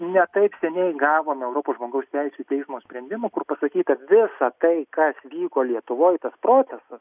ne taip seniai gavome europos žmogaus teisių teismo sprendimą kur pasakyta visa tai kas vyko lietuvoj tas procesas